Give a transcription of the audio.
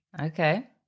okay